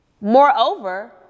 Moreover